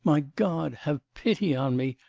my god, have pity on me.